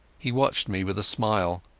he watched me with a smile.